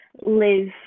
live